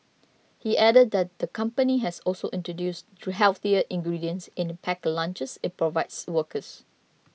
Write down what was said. he added that the company has also introduced to healthier ingredients in the packed lunches it provides workers